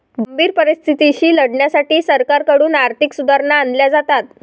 गंभीर परिस्थितीशी लढण्यासाठी सरकारकडून आर्थिक सुधारणा आणल्या जातात